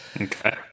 Okay